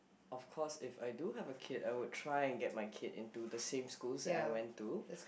of course if I do have a kid I would try get my kid into the same schools that I went to